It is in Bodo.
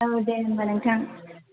औ दे होनबा नोंथां